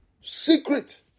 Secret